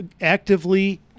actively